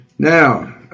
Now